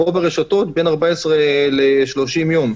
רוב הרשתות עונות בין 14 ל-30 יום.